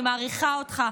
אני מעריכה אותך.